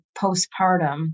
postpartum